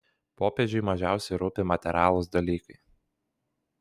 popiežiui mažiausiai rūpi materialūs dalykai